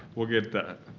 we'll get that,